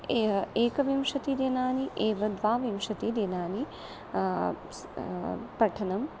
एव एकविंशतिदिनानि एव द्वाविंशतिदिनानि प्स् पठनम्